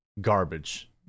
garbage